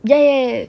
ya